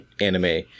anime